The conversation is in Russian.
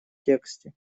тексте